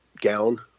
gown